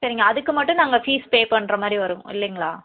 சரிங்க அதுக்கு மட்டும் நாங்கள் ஃபீஸ் பே பண்ணுற மாதிரி வரும் இல்லைங்களா